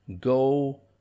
go